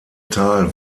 teil